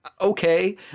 okay